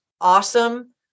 awesome